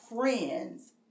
friends